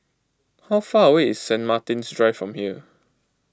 how far away is Sant Martin's Drive from here